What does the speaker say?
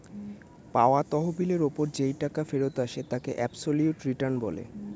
পাওয়া তহবিলের ওপর যেই টাকা ফেরত আসে তাকে অ্যাবসোলিউট রিটার্ন বলে